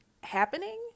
happening